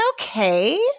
okay